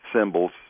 symbols